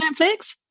Netflix